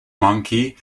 monkey